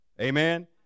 Amen